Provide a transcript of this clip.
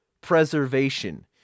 preservation